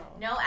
No